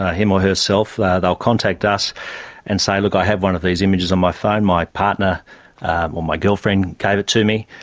ah him or herself they'll contact us and say, look, i have one of these images on my phone, my partner or my girlfriend gave it to me,